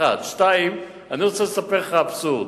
דבר שני, אני רוצה לספר לך אבסורד,